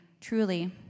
truly